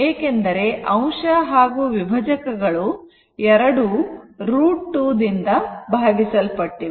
ಏಕೆಂದರೆ ಅಂಶ ಹಾಗೂ ವಿಭಜಕಗಳು ಎರಡು √ 2 ರಿಂದ ಭಾಗಿಸಲ್ಪಟ್ಟಿವೆ